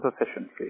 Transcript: efficiency